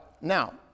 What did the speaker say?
now